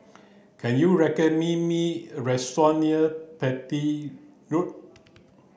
can you me a restaurant near Beatty Road